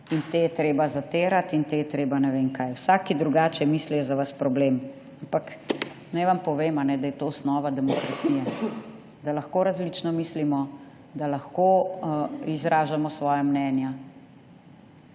in te je treba zatirati in te je treba ne vem kaj. Vsak, ki drugače misli, je za vas problem. Ampak naj vam povem, da je to osnova demokracije, da lahko različno mislimo, da lahko izražamo svoja mnenja.